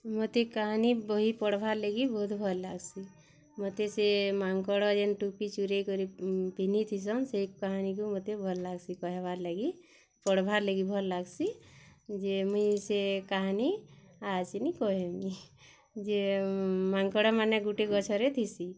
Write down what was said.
ମୋତେ କାହାନୀ ବହି ପଢ଼୍ବାର୍ ଲାଗି ବହୁତ୍ ଭଲ୍ ଲାଗ୍ସି ମୋତେ ସେ ମାଙ୍କଡ଼ ଯେନ୍ ଟୁପି ଚୁରେଇ କରି ପିହ୍ନି ଥିସନ୍ ସେ କାହାଣୀକୁ ମୋତେ ଭଲ୍ ଲାଗ୍ସି କହିବାର୍ ଲାଗି ପଢ଼୍ବାର୍ ଲାଗି୍ ଭଲ୍ ଲାଗ୍ସି ଯେମି ସେ କାହାନି ଆସିନୀ କହିମିଁ ଯେ ମାଙ୍କଡ଼ମାନେ ଗୁଟେ ଗଛରେ ଥିସି